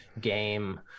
game